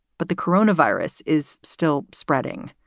but the corona virus is still spreading.